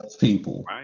people